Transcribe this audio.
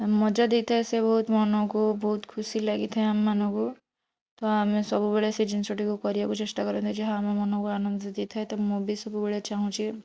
ମଜା ଦେଇଥାଏ ସେ ବହୁତ ମନକୁ ବହୁତ ଖୁସି ଲାଗିଥାଏ ଆମମାନଙ୍କୁ ତ ଆମେ ସବୁବେଳେ ସେ ଜିନିଷଟିକୁ କରିବାକୁ ଚେଷ୍ଟା କରିଥାଏ ଯାହା ଆମ ମନକୁ ଆନନ୍ଦ ଦେଇଥାଏ ତ ମୁଁ ବି ସବୁବେଳେ ଚାହୁଁଛି